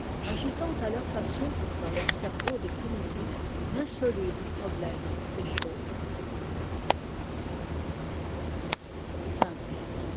agitant à leur façon dans leurs cerveaux de primitifs l'insoluble problème des choses